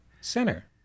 center